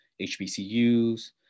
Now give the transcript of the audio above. HBCUs